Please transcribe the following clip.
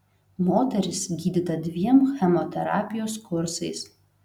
moteris gydyta dviem chemoterapijos kursais